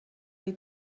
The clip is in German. die